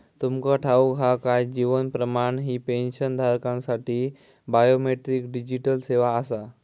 तुमका ठाऊक हा काय? जीवन प्रमाण ही पेन्शनधारकांसाठी बायोमेट्रिक डिजिटल सेवा आसा